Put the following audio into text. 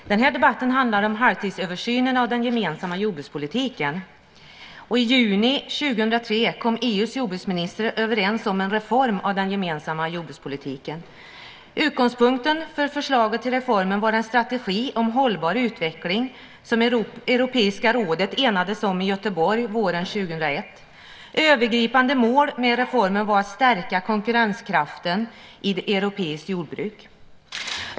Herr talman! Den här debatten handlar om halvtidsöversynen av den gemensamma jordbrukspolitiken. I juni 2003 kom EU:s jordbruksministrar överens om en reform av den gemensamma jordbrukspolitiken. Utgångspunkten för förslaget till reformen var en strategi om hållbar utveckling som Europeiska rådet enades om i Göteborg våren 2001. Övergripande mål med reformen var att stärka konkurrenskraften i europeiskt jordbruk.